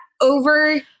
over